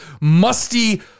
musty